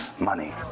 money